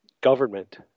government